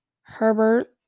Herbert